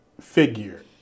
figure